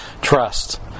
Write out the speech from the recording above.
trust